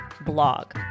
blog